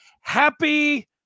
Happy